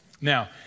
Now